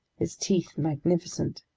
his teeth magnificent,